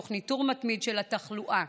תוך ניטור מתמיד של התחלואה.